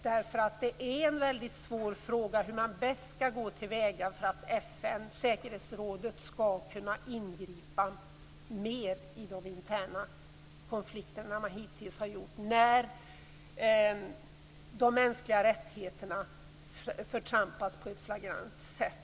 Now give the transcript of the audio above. Det är en väldigt svår fråga hur man bäst skall gå till väga för att FN och säkerhetsrådet skall kunna ingripa mer i de interna konflikterna än vad man hittills har gjort när de mänskliga rättigheterna förtrampas på ett flagrant sätt.